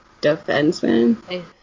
defenseman